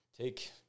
take